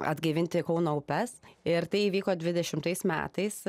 atgaivinti kauno upes ir tai įvyko dvidešimtais metais